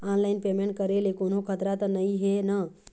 Online payment करे ले कोन्हो खतरा त नई हे न?